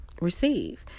receive